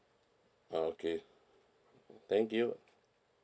ah okay thank you